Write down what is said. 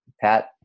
Pat